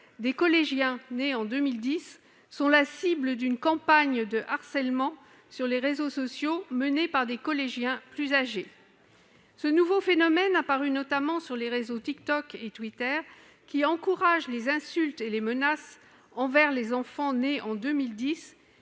des collégiens nés en 2010 sont la cible d'une campagne de harcèlement sur les réseaux sociaux menée par des collégiens plus âgés. Ce nouveau phénomène, apparu notamment sur les réseaux TikTok et Twitter, qui encourage les insultes et les menaces envers les enfants nés en 2010,